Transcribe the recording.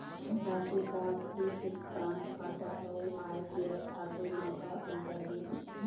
राशि प्राप्ति भुगतान खाता अऊ आय व्यय खाते म का अंतर हे?